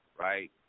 right